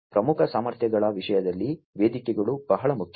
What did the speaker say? ಪ್ರಮುಖ ಸಾಮರ್ಥ್ಯಗಳ ವಿಷಯದಲ್ಲಿ ವೇದಿಕೆಗಳು ಬಹಳ ಮುಖ್ಯ